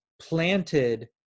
planted